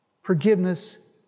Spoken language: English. Forgiveness